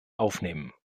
aufnehmen